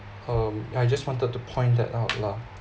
um I just wanted to point that out lah